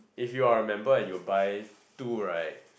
if you are a member and you buy two right